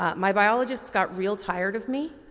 um my biologist got real tired of me